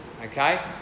Okay